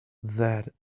that